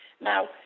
Now